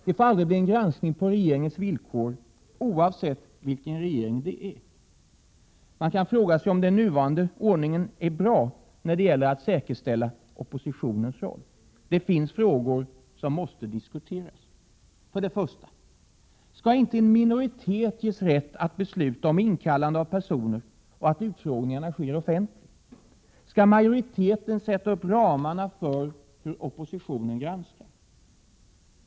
Det får aldrig bli en granskning på regeringens villkor, oavsett vilken regering det är. Man kan fråga sig om den nuvarande ordningen är bra när det gäller att säkerställa oppositionens roll. Det finns frågor som måste diskuteras. För det första: Skall inte en minoritet ges rätt att besluta om inkallande av personer och om att utfrågningarna sker offentligt? Skall majoriteten sätta upp ramarna för hur oppositionen granskar?